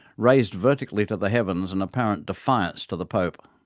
raised vertically to the heavens in apparent defiance to the pope.